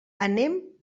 anem